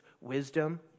wisdom